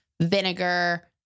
vinegar